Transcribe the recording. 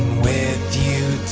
with you,